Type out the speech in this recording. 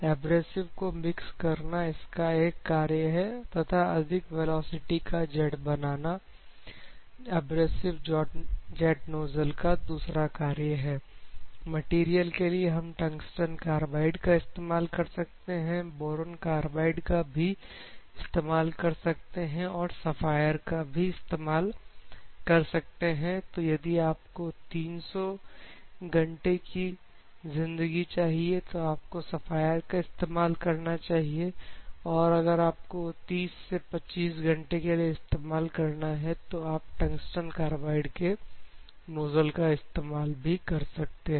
abrasive को mix करना इसका एक कार्य है तथा अधिक वेलोसिटी का जेट बनाना एब्रेजिव जेट नोजल का दूसरा कार्य है मटेरियल के लिए हम टंगस्टन कार्बाईड का इस्तेमाल कर सकते हैं बोरोन कार्बाइड का भी इस्तेमाल कर सकते हैं और सफायर का भी इस्तेमाल कर सकते हैं तो यदि आपको 300 घंटे की जिंदगी चाहिए तो आपको सफायर का इस्तेमाल करना चाहिए और अगर आपको 30 से 25 घंटे के लिए इस्तेमाल करना है तो आप टंगस्टन कार्बाईड के नोजल का इस्तेमाल कर सकते हैं